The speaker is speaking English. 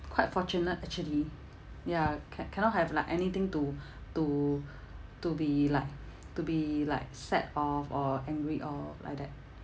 quite fortunate actually ya ca~ cannot have like anything to to to be like to be like sad of or angry of like that